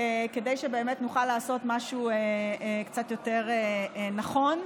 כדי שבאמת נוכל לעשות משהו קצת יותר נכון,